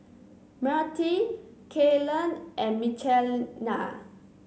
Myrtie Kaylen and Michelina